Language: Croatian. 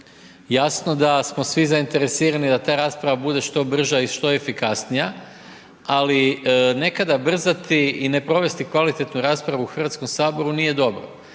jasno da smo svi zainteresirani da ta rasprava bude što brža i što efikasnija, ali nekada brzati i ne provesti kvalitetnu raspravu u Hrvatskom saboru, nije dobro.